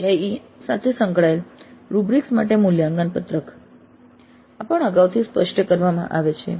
CIE અને સંકળાયેલ rubrics માટે મૂલ્યાંકન પત્રક આ પણ અગાઉથી સ્પષ્ટ કરવામાં આવે છે